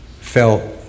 felt